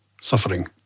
suffering